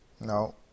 No